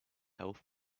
health